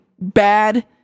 bad